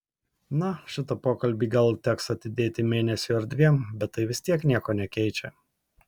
na šitą pokalbį gal teks atidėti mėnesiui ar dviem bet tai vis tiek nieko nekeičia